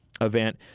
event